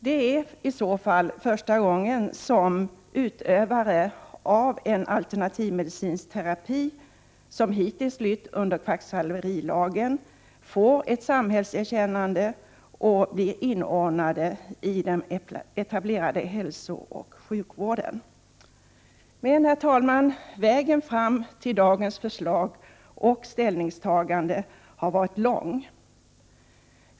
Det är i så fall första gången som utövare av en alternativmedicinsk terapi, som hittills lytt under kvacksalverilagen, får ett samhällserkännande och blir inordnad i den etablerade hälsooch sjukvården. Herr talman! Vägen fram till dagens förslag och ställningstagande har emellertid varit lång.